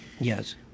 Yes